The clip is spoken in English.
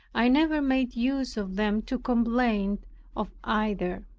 i never made use of them to complain of either.